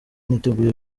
niteguye